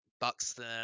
Buxton